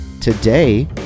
today